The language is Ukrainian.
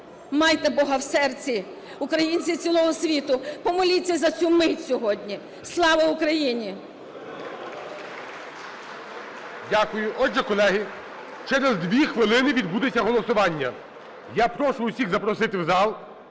Майте Бога в серці! Українці цілого світу, помоліться за цю мить сьогодні. Слава Україні! (Оплески) ГОЛОВУЮЧИЙ. Дякую. Отже, колеги, через 2 хвилини відбудеться голосування. Я прошу усіх запросити в зал.